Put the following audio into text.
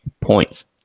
points